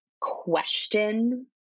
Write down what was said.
question